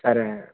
సరే